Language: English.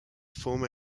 former